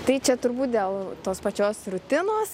tai čia turbūt dėl tos pačios rutinos